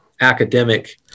academic